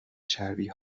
چربی